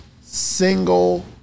single